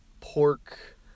pork